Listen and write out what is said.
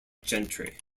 gentry